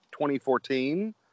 2014